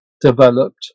developed